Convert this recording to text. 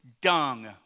dung